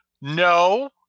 no